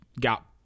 got